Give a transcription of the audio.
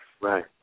Right